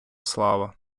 слава